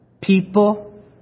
People